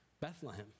Bethlehem